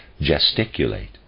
gesticulate